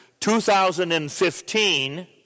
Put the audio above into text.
2015